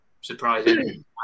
surprising